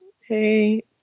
hey